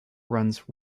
runs